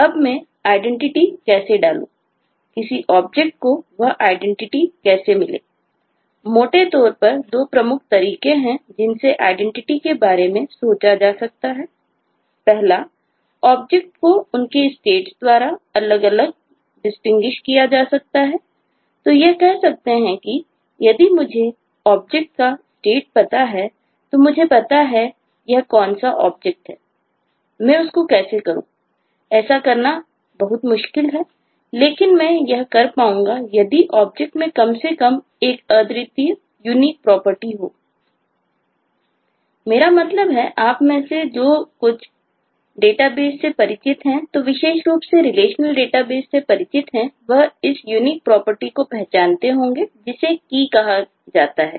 अब मैं आइडेंटिटी को पहचानते होंगे जिसे Key कहा जाता है